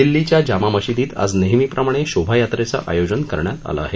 दिल्लीच्या जामा मशिदीत आज नेहमीप्रमाणे शोभा यात्रेचं आयोजन करण्यात आलं आहे